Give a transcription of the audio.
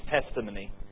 testimony